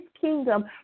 kingdom